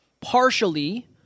partially